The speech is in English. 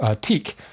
teak